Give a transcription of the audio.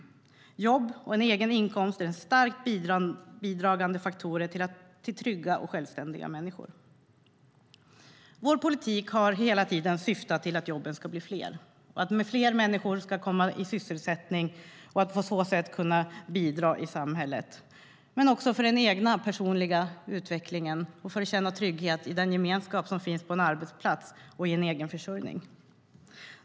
Jobb och en egen inkomst är en starkt bidragande faktor till trygga och självständiga människor. Vår politik har hela tiden syftat till att jobben ska bli fler, att fler människor ska komma i sysselsättning och på så sätt bidra till samhället. Men det är också för den egna personliga utvecklingen och för att känna trygghet i den gemenskap som finns på en arbetsplats och i en egen försörjning.